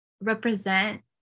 represent